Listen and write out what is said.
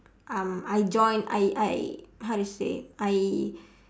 um I join I I I say I